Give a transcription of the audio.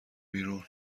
بیرون